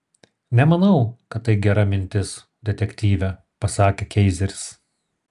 nemanau kad tai gera mintis detektyve pasakė keizeris